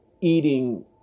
eating